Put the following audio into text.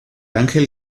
ángel